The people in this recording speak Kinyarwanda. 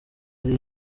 ari